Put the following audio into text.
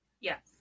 Yes